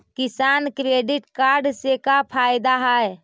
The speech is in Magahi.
किसान क्रेडिट कार्ड से का फायदा है?